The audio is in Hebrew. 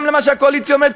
גם למה שהקואליציה אומרת,